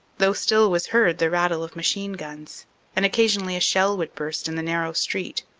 though still was heard the rattle of machine-guns, and occasionally a shell would burst in the narrow street.